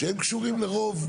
שהם קשורים לרוב.